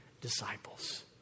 disciples